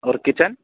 اور کچن